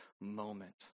moment